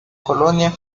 colonia